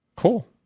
cool